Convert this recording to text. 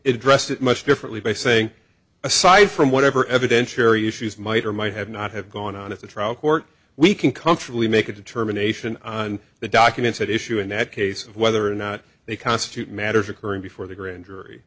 it much differently by saying aside from whatever evidentiary issues might or might have not have gone on at the trial court we can comfortably make a determination on the documents at issue in that case of whether or not they constitute matters occurring before the grand jury